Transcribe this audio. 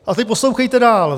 A teď poslouchejte dál.